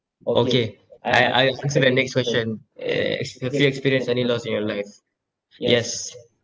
okay I I answer the next question uh have you experienced any loss in your life yes